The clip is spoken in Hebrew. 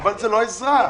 אבל זו לא עזרה.